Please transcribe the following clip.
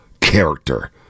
character